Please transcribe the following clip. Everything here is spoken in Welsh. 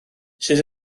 sut